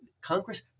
Congress